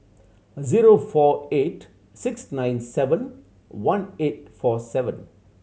zero four eight six nine seven one eight four seven